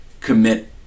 commit